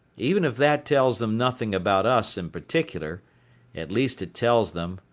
even if that tells them nothing about us in particular at least it tells them,